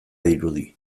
dirudi